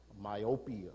myopia